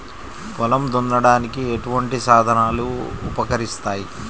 పొలం దున్నడానికి ఎటువంటి సాధనాలు ఉపకరిస్తాయి?